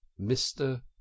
Mr